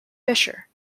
fisher